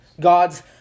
God's